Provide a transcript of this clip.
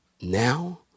Now